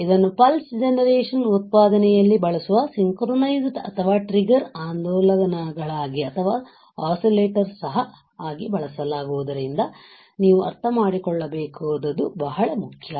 ಇದನ್ನು pulse generation ಉತ್ಪಾದನೆಯಲ್ಲಿ ಬಳಸುವ ಸಿಂಕ್ರೊನೈಸ್ಡ್ ಅಥವಾ ಟ್ರಿಗರ್ ಆಂದೋಲಗಳಾಗಿ ಸಹ ಬಳಸಲಾಗುವುದರಿಂದ ನೀವು ಅರ್ಥಮಾಡಿಕೊಳ್ಳಬೇಕಾದುದು ಬಹಳ ಮುಖ್ಯ